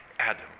Adam